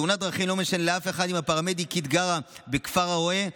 בתאונת דרכים לא משנה לאף אחד אם הפרמדיקית גרה בכפר הרא"ה,